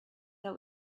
that